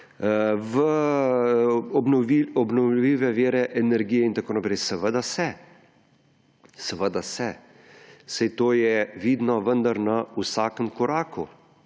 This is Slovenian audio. v obnovljive vire energije in tako naprej. Seveda se! Seveda se, saj to je vidno vendar na vsakem koraku.